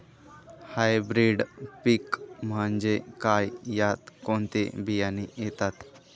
Hybrid पीक म्हणजे काय? यात कोणते बियाणे येतात?